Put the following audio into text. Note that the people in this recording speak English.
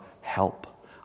help